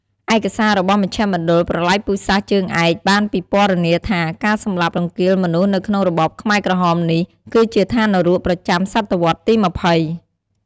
ឯកសាររបស់មជ្ឈមណ្ឌលប្រល័យពូជសាសន៍ជើងឯក បានពិពណ៌នាថា ការសម្លាប់រង្គាលមនុស្សនៅក្នុងរបបខ្មែរក្រហមនេះ គឺជាឋាននរកប្រចាំសតវត្សរ៍ទី២០។